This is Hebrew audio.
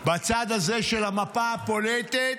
בצד הזה של המפה הפוליטית,